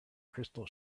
crystal